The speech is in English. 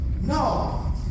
No